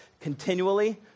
Continually